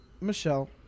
Michelle